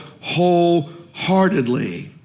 wholeheartedly